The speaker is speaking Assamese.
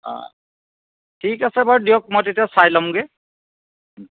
ঠিক আছে বাৰু দিয়ক মই তেতিয়া চাই ল'মগৈ